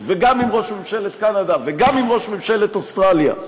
וגם עם ראש ממשלת קנדה וגם עם ראש ממשלת אוסטרליה.